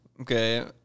Okay